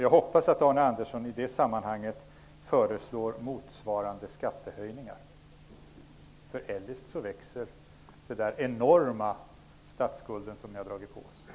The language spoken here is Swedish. Jag hoppas att Arne Andersson i det sammanhanget föreslår motsvarande skattehöjningar -- eljest växer den där enorma statsskulden som ni har dragit på oss.